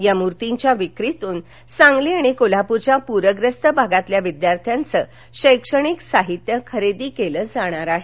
या मूर्तीच्या विक्रीतून सांगली आणि कोल्हापूरच्या पूर्यस्त भागातील विद्यार्थ्यांचे शैक्षणिक साहित्य खरेदी केले जाणार आहे